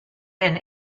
been